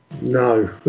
No